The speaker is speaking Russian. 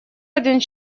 один